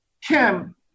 Kim